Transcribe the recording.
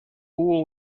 hubo